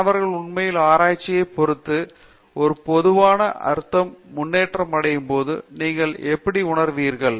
மாணவர் உண்மையில் ஆராய்ச்சியைப் பொறுத்து ஒரு பொதுவான அர்த்தத்தில் முன்னேற்றம் அடையும்போது நீங்கள் எப்படி உணருவீர்கள்